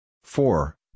four